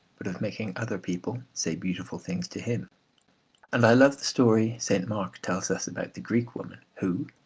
but of making other people say beautiful things to him and i love the story st. mark tells us about the greek woman, who,